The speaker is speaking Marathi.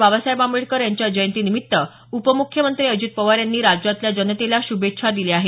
बाबासाहेब आंबेडकर यांच्या जयंतीनिमित्त उपमुख्यमंत्री अजित पवार यांनी राज्यातल्या जनतेला शुभेच्छा दिल्या आहेत